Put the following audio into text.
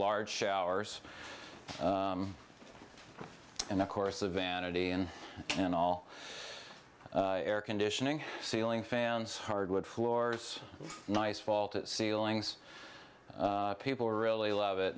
large showers and of course the vanity and and all air conditioning ceiling fans hardwood floors nice vault ceilings people really love it